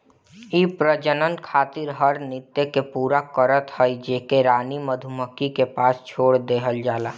इ प्रजनन खातिर हर नृत्य के पूरा करत हई जेके रानी मधुमक्खी के पास छोड़ देहल जाला